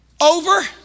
over